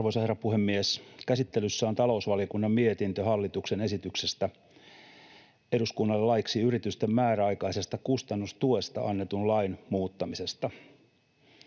Arvoisa herra puhemies! Käsittelyssä on talousvaliokunnan mietintö hallituksen esityksestä eduskunnalle laiksi yritysten määräaikaisesta kustannustuesta annetun lain muuttamisesta.